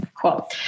cool